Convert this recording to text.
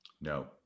No